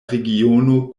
regiono